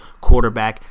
quarterback